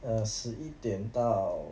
err 十一点到